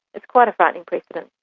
it's quite a frightening precedent.